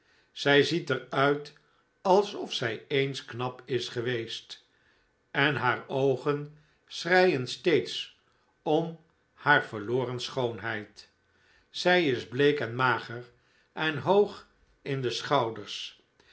zij ziet er uit alsof zij eens knap is geweest en haar oogen schreien steeds om haar verloren schoonheid zij is bleek en mager en hoog in de schouders